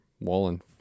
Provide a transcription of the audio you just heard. Wallen